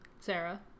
Sarah